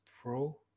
Pro